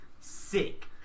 Sick